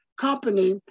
Company